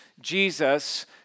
Jesus